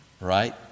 right